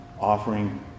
offering